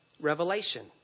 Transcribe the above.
Revelation